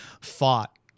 fought